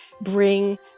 bring